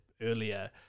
earlier